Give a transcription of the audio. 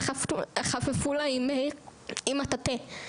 וחפפו עם מטאטא.